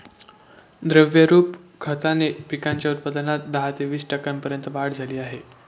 द्रवरूप खताने पिकांच्या उत्पादनात दहा ते वीस टक्क्यांपर्यंत वाढ झाली आहे